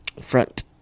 Front